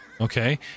Okay